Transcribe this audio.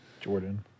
Jordan